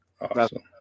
awesome